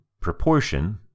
proportion